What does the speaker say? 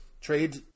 Trade